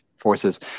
forces